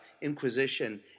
Inquisition